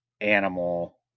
Animal